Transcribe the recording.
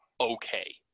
Okay